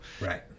right